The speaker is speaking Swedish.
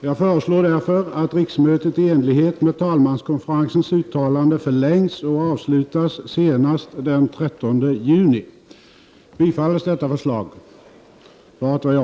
Jag föreslår därför att riksmötet i enlighet med talmanskonferensens uttalande förlängs och avslutas senast onsdagen den 13 juni.